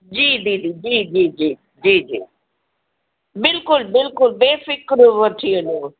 जी दीदी जी जी जी जी जी बिल्कुलु बिल्कुलु बेफ़िक्र वठी वञो